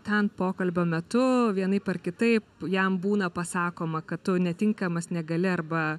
ten pokalbio metu vienaip ar kitaip jam būna pasakoma kad tu netinkamas negali arba